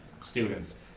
students